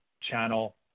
channel